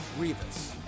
Rivas